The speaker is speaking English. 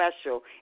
special